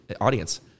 audience